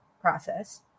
process